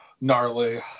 gnarly